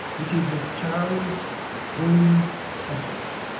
which is the child's own essence.